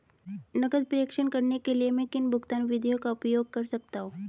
नकद प्रेषण करने के लिए मैं किन भुगतान विधियों का उपयोग कर सकता हूँ?